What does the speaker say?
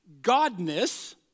godness